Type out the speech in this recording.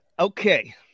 Okay